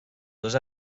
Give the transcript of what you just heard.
dos